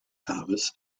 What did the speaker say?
thomas